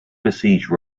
besiege